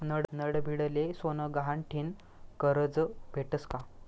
नडभीडले सोनं गहाण ठीन करजं भेटस का?